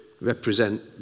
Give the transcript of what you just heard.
represent